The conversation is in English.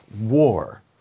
war